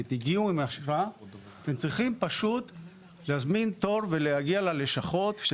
והגיעו עם אשרה צריכים להזמין תור ולהגיע ללשכות.